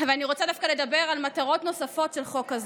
אני רוצה דווקא לדבר על מטרות נוספות של חוק זה,